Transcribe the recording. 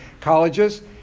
colleges